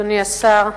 אדוני השר,